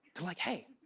they're like, hey,